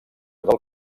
del